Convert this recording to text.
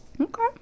Okay